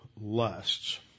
lusts